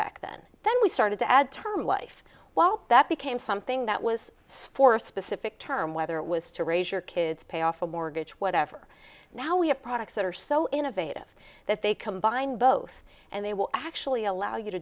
then then we started to add term life while that became something that was for a specific term whether it was to raise your kids pay off a mortgage whatever now we have products that are so innovative that they combine both and they will actually allow you to